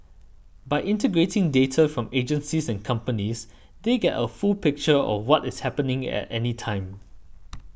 by integrating data from agencies and companies they get a full picture of what is happening at any time